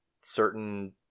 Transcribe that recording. certain